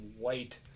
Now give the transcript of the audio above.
white